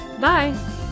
Bye